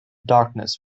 darkness